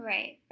Right